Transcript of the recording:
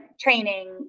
training